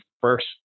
first